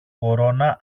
κορώνα